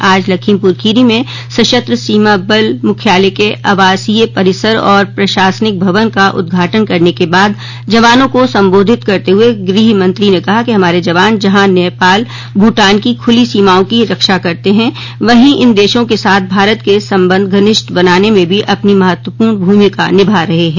आज लखीमपुर खीरी में सशस्त्र सीमा बल मुख्यालय के आवासीय परिसर और प्रशासनिक भवन का उद्घाटन करने के बाद जवानों को संबोधित करते हुए गृहमंत्री ने कहा कि हमारे जवान जहां नेपाल भूटान की खुली सीमाओं की रक्षा करते हैं वहीं इन देशों के साथ भारत के संबंध घनिष्ठ बनाने में भी अपनी महत्वपूर्ण भूमिका निभा रहे हैं